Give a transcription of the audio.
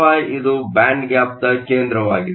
EFi ಇದು band ಗ್ಯಾಪ್ನ ಕೇಂದ್ರವಾಗಿದೆ